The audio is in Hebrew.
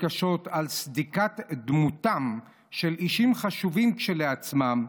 קשות על סדיקת דמותם של אישים חשובים כשלעצמם,